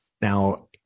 Now